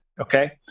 Okay